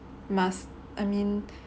must I mean